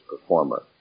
performer